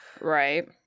Right